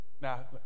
now